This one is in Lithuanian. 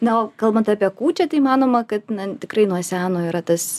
na o kalbant apie kūčią tai manoma kad na tikrai nuo seno yra tas